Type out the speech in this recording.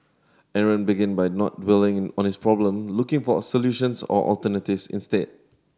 Aaron began by not dwelling on his problem looking for solutions or alternatives instead